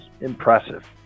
impressive